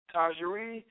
Tajiri